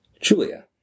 Julia